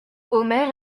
omer